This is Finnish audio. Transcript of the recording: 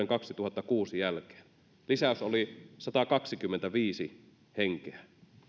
kaksituhattakuusi jälkeen lisäys oli satakaksikymmentäviisi henkeä